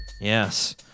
Yes